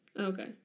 Okay